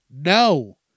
No